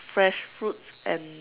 fresh fruits and